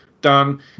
done